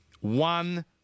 One